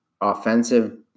offensive